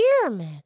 pyramid